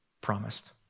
promised